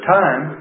time